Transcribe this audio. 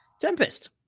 Tempest